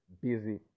busy